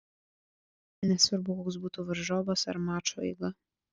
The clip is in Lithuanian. nesvarbu koks būtų varžovas ar mačo eiga